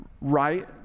right